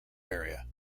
area